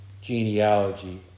genealogy